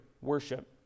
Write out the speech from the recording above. worship